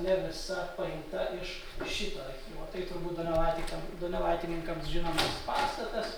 ne visa paimta iš šito archyvo tai turbūt donelaitikam donelaitininkams žinomas pastatas